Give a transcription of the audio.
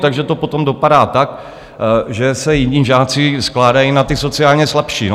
Takže to potom dopadá tak, že se jedni žáci skládají na ty sociálně slabší.